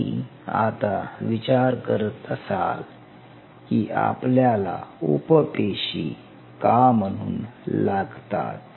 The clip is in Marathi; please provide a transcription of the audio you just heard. तुम्ही आता विचार करत असाल की आपल्याला उप पेशी का म्हणून लागतात